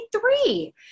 three